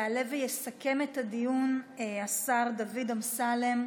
יעלה ויסכם את הדיון השר דוד אמסלם,